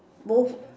most